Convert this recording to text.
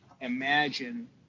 imagine